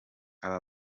aba